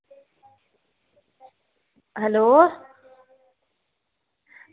hello